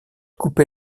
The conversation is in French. couper